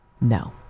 No